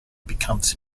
becomes